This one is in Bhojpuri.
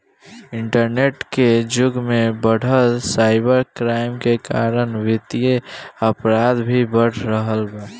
इंटरनेट के जुग में बढ़त साइबर क्राइम के कारण वित्तीय अपराध भी बढ़ रहल बा